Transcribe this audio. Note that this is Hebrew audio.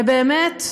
ובאמת,